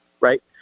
right